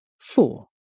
Four